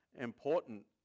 important